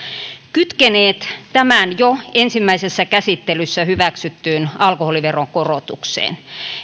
kytkeneet tämän jo ensimmäisessä käsittelyssä hyväksyttyyn alkoholiveron korotukseen